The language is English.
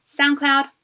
SoundCloud